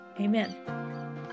amen